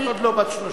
את עוד לא בת 30,